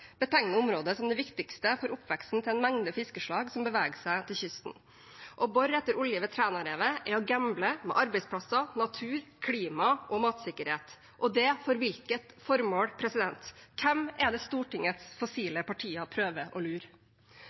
betegner området som det viktigste for oppveksten til en mengde fiskeslag som beveger seg langs kysten. Å bore etter olje ved Trænarevet er å gamble med arbeidsplasser, natur, klima og matsikkerhet – og det til hvilket formål? Hvem er det Stortingets fossile partier prøver å lure?